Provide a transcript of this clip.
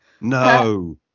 no